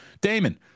damon